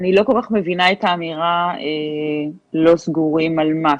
אני לא כל כך מבינה את האמירה "לא סגורים" על מה?